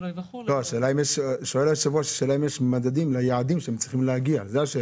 השאלה אם יש מדדים ליעדים שהם צריכים להגיע אליהם.